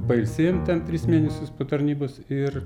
pailsėjom ten tris mėnesius po tarnybos ir